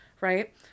right